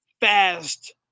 fast